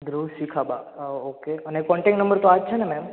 ધ્રુવ Shikhaba okay અને contact number તો આજ છેને મેમ